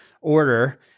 order